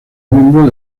miembro